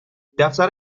دفتر